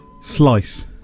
Slice